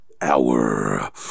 hour